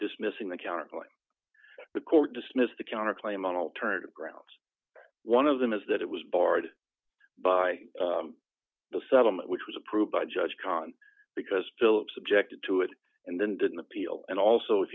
dismissing the counterclaim the court dismissed the counterclaim on alternative grounds one of them is that it was barred by the settlement which was approved by judge kahn because phillips objected to it and then didn't appeal and also if